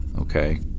okay